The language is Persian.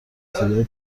صدای